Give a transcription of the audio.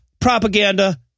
propaganda